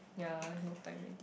yea no time already